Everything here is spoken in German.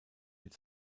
mit